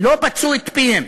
לא פצו את פיהם,